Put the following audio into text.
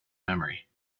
memory